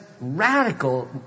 radical